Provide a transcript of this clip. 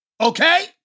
Okay